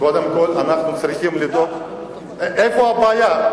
איפה הבעיה?